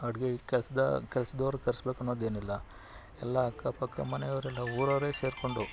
ಅಡುಗೆ ಕೆಲಸದ ಕೆಲ್ಸದವ್ರು ಕರೆಸ್ಬೇಕನ್ನೋದೇನಿಲ್ಲ ಎಲ್ಲ ಅಕ್ಕಪಕ್ಕ ಮನೆಯವರೆಲ್ಲ ಊರವರೇ ಸೇರಿಕೊಂಡು